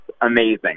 amazing